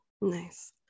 Nice